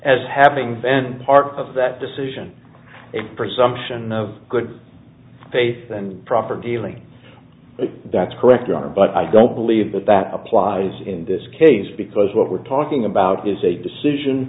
as having van park of that decision a presumption of good faith and proper dealing that's correct but i don't believe that that applies in this case because what we're talking about is a decision